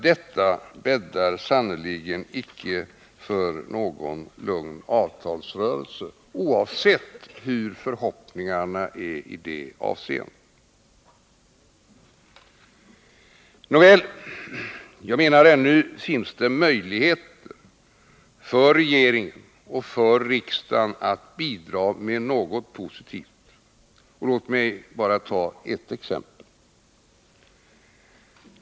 Det bäddar sannerligen inte för någon lugn avtalsrörelse — oavsett hur förhoppningarna är i det avseendet. Nåväl, ännu finns det möjligheter för regeringen och för riksdagen att bidra med något positivt. Låt mig bara ta ett exempel.